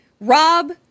Rob